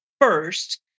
first